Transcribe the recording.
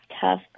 tough